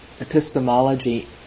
epistemology